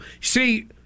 See